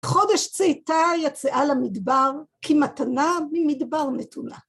‫חודש צאתה יצאה למדבר, ‫כמתנה ממדבר נתונה.